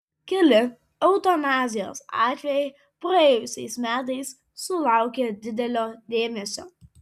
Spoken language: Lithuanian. keli eutanazijos atvejai praėjusiais metais sulaukė didelio dėmesio